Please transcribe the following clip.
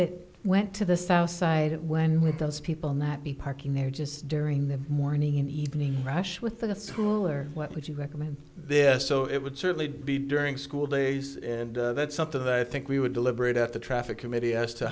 it went to the south side when with those people that be parking there just during the morning and evening rush with the school or what would you recommend this so it would certainly be during school days and that's something that i think we would deliberate at the traffic committee as to